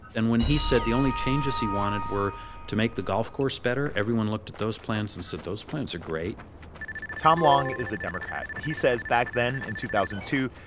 and when he said the only changes he wanted were to make the golf course better, everyone looked at those plans and said those plans are great tom long is a democrat. he says back then in two thousand and two,